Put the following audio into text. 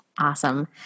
Awesome